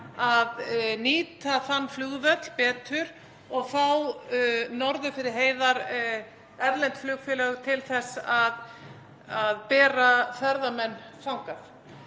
að nýta þann flugvöll betur og fá norður yfir heiðar erlend flugfélög til þess að bera ferðamenn þangað.